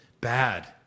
bad